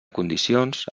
condicions